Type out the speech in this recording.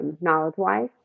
knowledge-wise